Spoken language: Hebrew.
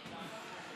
25,